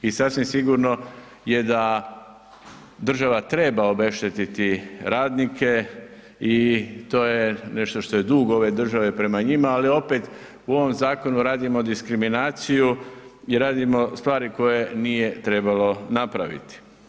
I sasvim sigurno je da država treba obeštetiti radnike i to je nešto što je dug ove države prema njima, ali opet u ovom zakonu radimo diskriminaciju i radimo stvari koje nije trebalo napraviti.